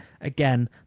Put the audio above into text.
again